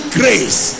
grace